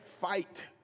fight